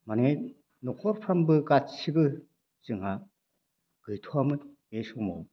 नखरफ्रोमबो गादसिबो जोंहा गैथ'वामोन बे समाव